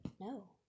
No